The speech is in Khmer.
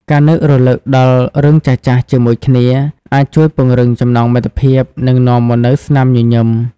ការនឹករលឹកដល់រឿងចាស់ៗជាមួយគ្នា អាចជួយពង្រឹងចំណងមិត្តភាព និងនាំមកនូវស្នាមញញឹម។